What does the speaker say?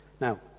Now